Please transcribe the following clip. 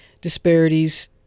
disparities